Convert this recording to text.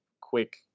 quick